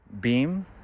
Beam